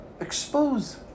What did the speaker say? expose